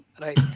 right